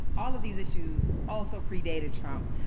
all of these issues also predated trump,